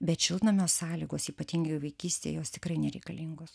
bet šiltnamio sąlygos ypatingai vaikystėj jos tikrai nereikalingos